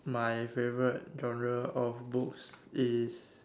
my favourite genre of books is